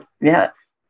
Yes